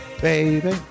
baby